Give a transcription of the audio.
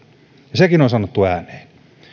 ja sekin on on sanottu ääneen